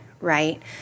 right